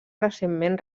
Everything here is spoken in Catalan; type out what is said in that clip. recentment